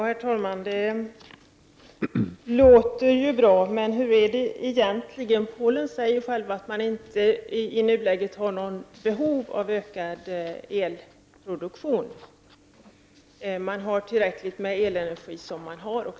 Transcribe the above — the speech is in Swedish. Herr talman! Det låter bra. Men hur är det egentligen? Polackerna säger själva att man i nuläget inte har något behov av ökad elproduktion. Man har tillräckligt med elenergi.